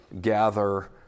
gather